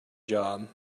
job